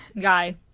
guy